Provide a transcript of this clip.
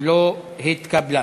לא התקבלה.